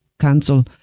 Cancel